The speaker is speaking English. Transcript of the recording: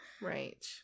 Right